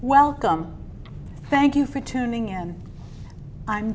welcome thank you for tuning in i'm